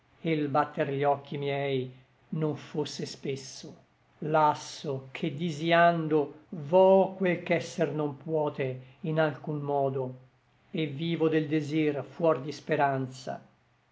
l batter gli occhi miei non fosse spesso lasso che disïando vo quel ch'esser non puote in alcun modo et vivo del desir fuor di speranza